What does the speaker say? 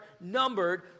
numbered